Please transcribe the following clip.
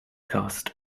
cast